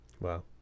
Wow